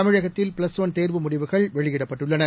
தமிழகத்தில் plus one தேர்வு முடிவுகள் வெளியிடப்பட்டுள்ளன